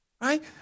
right